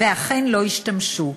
ואכן לא השתמשו.